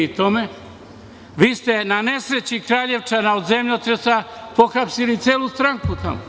Vi ste na nesreći Kraljevčana od zemljotresa pohapsili celu stranku tamo.